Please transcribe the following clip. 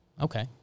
Okay